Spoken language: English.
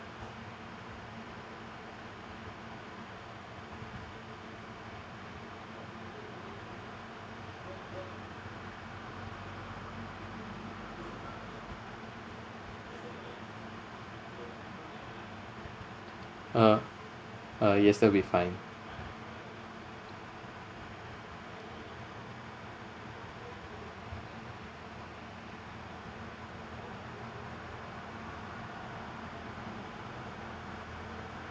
uh uh yes that'll be fine